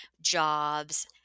jobs